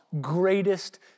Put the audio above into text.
greatest